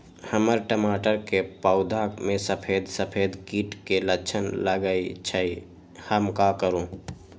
हमर टमाटर के पौधा में सफेद सफेद कीट के लक्षण लगई थई हम का करू?